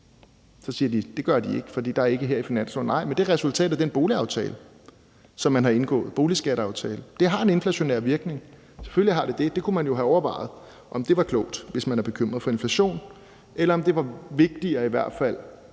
Så siger de, at det gør de ikke, for det er ikke her i finansloven. Nej, men det er resultatet af den boligskatteaftale, som man har indgået. Det har en inflationær virkning. Selvfølgelig har det det. Man kunne jo have overvejet, om det var klogt, hvis man er bekymret for inflation, eller i hvert fald